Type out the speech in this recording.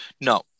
No